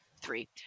Three